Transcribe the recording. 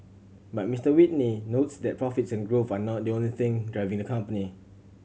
but Mister Whitney notes that profits and growth are not the only thing driving the company